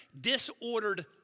Disordered